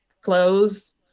close